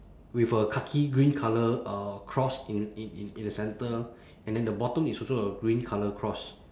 with a khaki green colour uh cross in in in in the centre and then the bottom is also a green colour cross